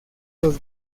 los